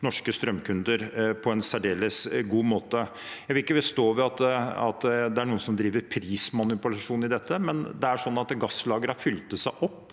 norske strømkunder på en særdeles god måte. Jeg vil ikke stå ved at det er noen som driver prismanipulasjon i dette, men det er jo slik at gasslagrene fylte seg opp,